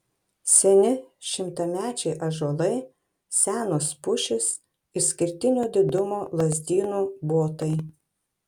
seni šimtamečiai ąžuolai senos pušys išskirtinio didumo lazdynų botai